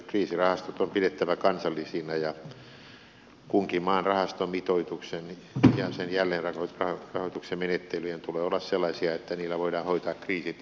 kriisirahastot on pidettävä kansallisina ja kunkin maan rahaston mitoituksen ja sen jälleenrahoituksen menettelyjen tulee olla sellaisia että niillä voidaan hoitaa kriisit jäsenvaltiokohtaisesti